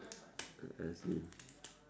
uh I see